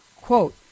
quote